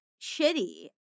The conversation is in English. shitty